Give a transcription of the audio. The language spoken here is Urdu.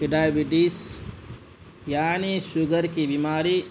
کہ ڈائبٹیز یعنی شوگر کی بیماری